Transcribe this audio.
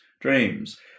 dreams